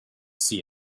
see